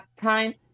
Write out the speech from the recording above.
time